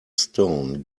stone